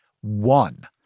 one